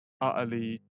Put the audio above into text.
Utterly